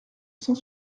cent